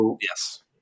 Yes